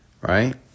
right